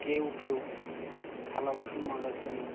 কেউ কেউ থালা বাসন মাজার জন্য